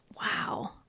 Wow